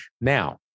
Now